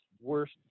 worst